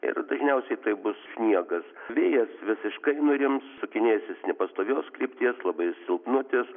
ir dažniausiai tai bus sniegas vėjas visiškai nurims sukinėsis nepastovios krypties labai silpnutis